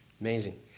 Amazing